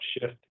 shift